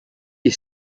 est